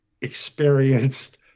experienced